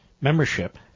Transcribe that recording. membership